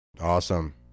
Awesome